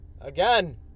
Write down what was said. Again